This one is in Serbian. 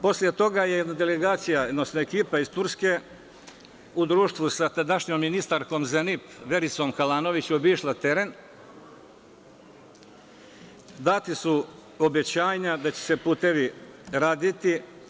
Posle toga je delegacija, odnosno ekipa iz Turske u društvu sa tadašnjom ministarkom za NIP Vericom Kalanović obišla teren, data su obećanja da će se putevi raditi.